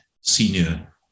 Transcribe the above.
senior